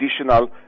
additional